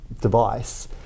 device